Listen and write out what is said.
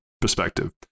perspective